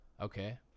Okay